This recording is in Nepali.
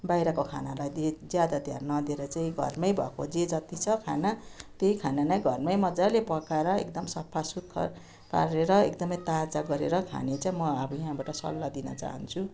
बाहिरको खानालाई धेर ज्यादा ध्यान नदिएर चाहिँ घरमै भएको जे जति छ खाना त्यही खाना नै घरमै मजाले पकाएर एकदम सफा सुग्घर पारेर एकदमै ताजा गरेर खाने चाहिँ म अब यहाँबाट सल्लाह दिन चाहन्छु